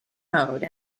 mode